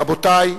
רבותי,